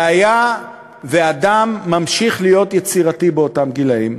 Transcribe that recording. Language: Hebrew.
והיה ואדם ממשיך להיות יצירתי באותם גילים,